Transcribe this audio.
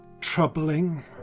troubling